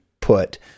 put